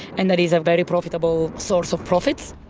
and that is a very profitable source of profits.